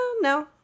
no